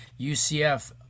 UCF